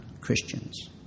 Christians